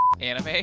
anime